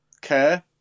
care